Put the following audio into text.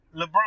Lebron